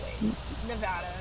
Nevada